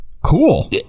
Cool